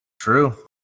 True